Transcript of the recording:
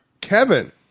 kevin